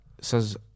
says